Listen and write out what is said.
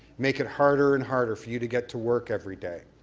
make it harder and harder for you to get to work every day.